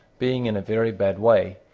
being in a very bad way,